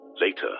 Later